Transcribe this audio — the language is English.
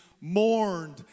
mourned